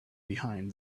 behind